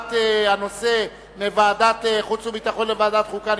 העברת הנושא מוועדת החוץ והביטחון לוועדת החוקה,